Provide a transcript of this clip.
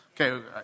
Okay